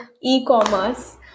e-commerce